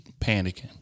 panicking